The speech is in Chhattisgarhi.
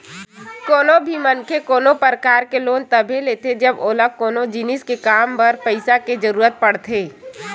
कोनो भी मनखे कोनो परकार के लोन तभे लेथे जब ओला कोनो जिनिस के काम बर पइसा के जरुरत पड़थे